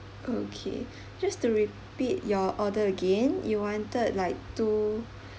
okay just to repeat your order again you wanted like two